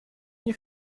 nie